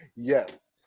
Yes